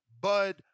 Bud